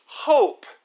hope